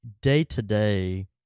day-to-day